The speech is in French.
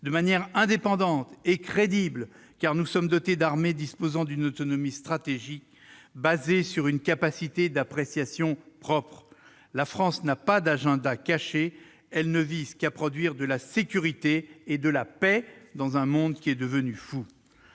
de manière indépendante et crédible, car nous sommes dotés d'une armée disposant d'une autonomie stratégique fondée sur une capacité d'appréciation propre. La France n'a pas d'agenda caché ; elle ne vise qu'à produire de la sécurité et de la paix dans un monde devenu fou.